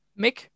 Mick